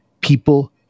people